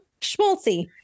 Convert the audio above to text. Schmaltzy